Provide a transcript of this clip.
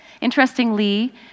Interestingly